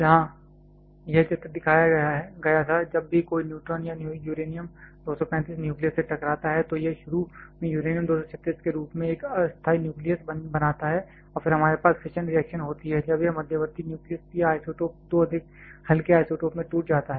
जहां यह चित्र दिखाया गया था जब भी कोई न्यूट्रॉन या यूरेनियम 235 न्यूक्लियस से टकराता है तो यह शुरू में यूरेनियम 236 के रूप में एक अस्थायी न्यूक्लियस बनाता है और फिर हमारे पास फिशन रिएक्शन होती है जब यह मध्यवर्ती न्यूक्लियस या आइसोटोप दो अधिक हल्के आइसोटोप में टूट जाता है